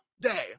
day